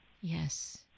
Yes